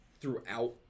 throughout